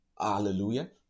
hallelujah